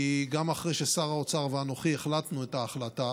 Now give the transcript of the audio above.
כי גם אחרי ששר האוצר ואנוכי החלטנו את ההחלטה,